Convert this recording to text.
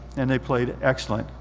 and they played excellent.